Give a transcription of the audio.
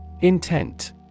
Intent